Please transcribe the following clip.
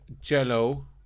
jello